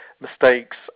mistakes